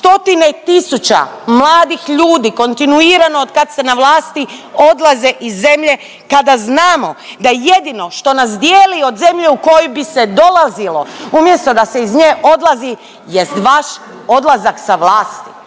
stotine tisuća mladih ljudi kontinuirano od kad ste na vlasti odlaze iz zemlje kada znamo da jedino što nas dijeli od zemlje u kojoj bi se dolazilo umjesto da se iz nje odlazi jest vaš odlazak sa vlasti.